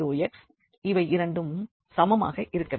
இவை இரண்டும் சமமாக இருக்க வேண்டும்